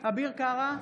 אביר קארה,